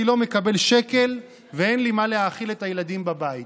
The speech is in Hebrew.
לא מקבל שקל ואין לי במה להאכיל את הילדים בבית.